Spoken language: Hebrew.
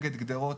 נגד גדרות,